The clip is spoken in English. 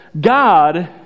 God